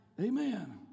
Amen